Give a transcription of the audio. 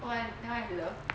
!wah! that [one] I blur